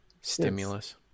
stimulus